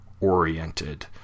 oriented